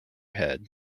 head